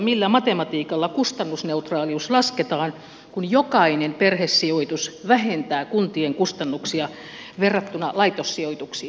millä matematiikalla kustannusneutraalius lasketaan kun jokainen perhesijoitus vähentää kuntien kustannuksia verrattuna laitossijoituksiin